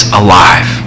alive